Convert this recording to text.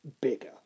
bigger